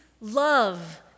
love